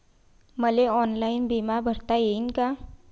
मले ऑनलाईन बिमा भरता येईन का?